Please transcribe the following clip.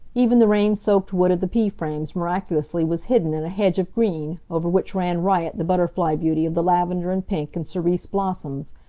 even the rain-soaked wood of the pea-frames miraculously was hidden in a hedge of green, over which ran riot the butterfly beauty of the lavender, and pink, and cerise blossoms.